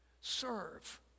Serve